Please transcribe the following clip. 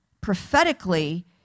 prophetically